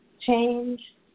change